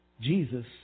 Jesus